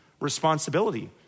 responsibility